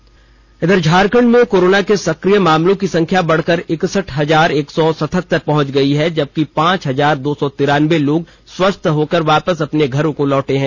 राज्य कोरोना झारखंड में कोरोना के सकिय मामलों की संख्या बढ़कर इकसठ हजार एक सौ सतहतर पहुंच गई है जबकि पांच हजार दो सौ तिरानबे लोग स्वस्थ होकर वापस अपने घरों को लौटे हैं